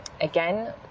again